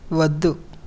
వద్దు